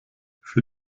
für